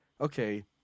okay –